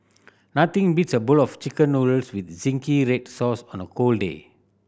nothing beats a bowl of Chicken Noodles with red sauce on a cold day